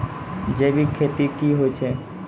जैविक खेती की होय छै?